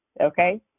okay